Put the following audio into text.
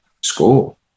school